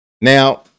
Now